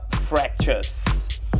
Fractures